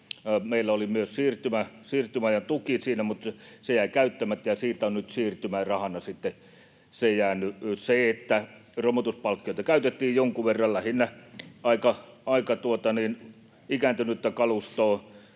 Meillä oli myös siirtymäajan tuki siinä, mutta se jäi käyttämättä, ja se on siitä nyt siirtymärahana sitten jäänyt. Romutuspalkkiota käytettiin jonkun verran — lähinnä aika ikääntynyttä kalustoa